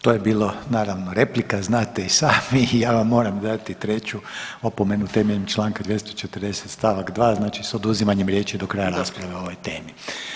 To je bilo naravno replika znate i sami, ja vam moram dati treću opomenu temeljem Članka 240. stavak 2. znači s oduzimanjem riječi do kraja rasprave [[Upadica: Da.]] o ovoj temi.